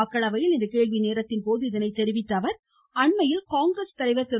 மக்களவையில் கேள்வி நேரத்தின்போது இன்று இதனைத் தெரிவித்தஅவர் அண்மையில் காங்கிரஸ் தலைவர் திரு